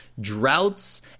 droughts